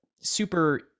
super